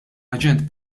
aġent